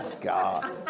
God